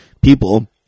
people